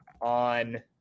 on